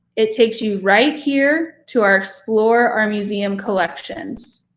it takes you right here to our explore our museum collections.